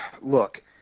look –